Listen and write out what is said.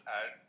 add